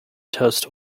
toast